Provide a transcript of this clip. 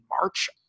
March